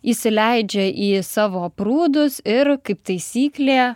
įsileidžia į savo prūdus ir kaip taisyklė